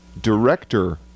director